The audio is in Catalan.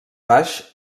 baix